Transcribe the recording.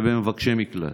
ומבקשי מקלט.